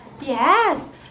Yes